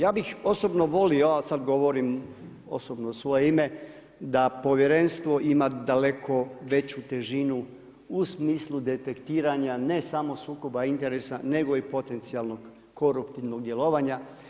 Ja bih osobno volio, a sad govorim osobno, u svoje ime, da povjerenstvo ima daleko veću težinu u smislu detektiranja ne samo sukoba interesa nego i potencijalnog koruptivnog djelovanja.